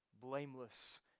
blameless